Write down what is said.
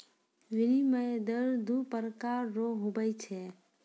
विनिमय दर दू प्रकार रो हुवै छै